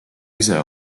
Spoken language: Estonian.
ise